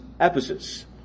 Ephesus